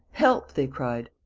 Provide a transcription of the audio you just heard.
help! they cried.